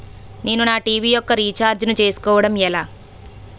నేను నా టీ.వీ యెక్క రీఛార్జ్ ను చేసుకోవడం ఎలా?